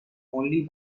only